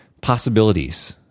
Possibilities